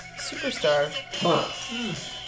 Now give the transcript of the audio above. Superstar